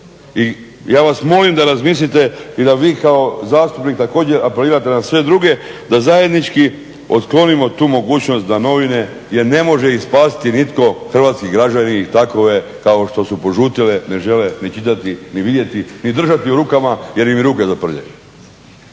I ja vas molim da razmislite i da vi kao zastupnik također apelirate na sve druge da zajednički otklonimo tu mogućnost da novine, jer ne može ih spasiti nitko, hrvatski građani ih takove kao što su požutile ne žele ni čitati, ni vidjeti, ni držati u rukama jer im i ruke zaprljaju.